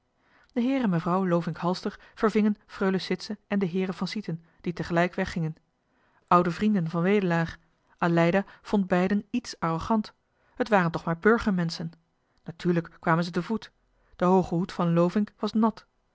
de heer en mejuffrouw lovink halster vervingen freule sitsen en de heeren van sieten die tegelijk weggingen oude vrienden van wedelaar aleida vond beiden iets arrogant het waren toch maar burgermenschen natuurlijk kwamen ze te voet de hooge hoed van lovink was nat